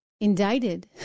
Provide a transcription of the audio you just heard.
indicted